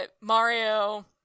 Mario